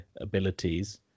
abilities